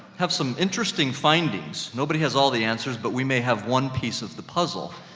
have some interesting findings. nobody has all the answers, but we may have one piece of the puzzle.